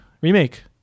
Remake